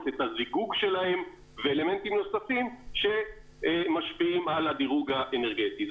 את הזיגוג שלהם ואלמנטים נוספים שמשפיעים על הדירוג האנרגטי.